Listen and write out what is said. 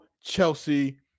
Chelsea